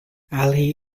ali